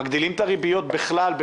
מגדילים את הריביות בכלל,